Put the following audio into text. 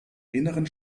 inneren